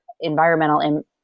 environmental